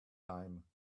time